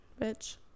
bitch